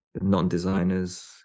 non-designers